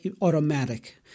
automatic